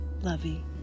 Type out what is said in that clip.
lovey